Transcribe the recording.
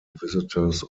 visitors